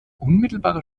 unmittelbare